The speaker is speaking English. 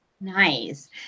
Nice